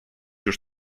już